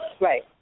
right